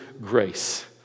grace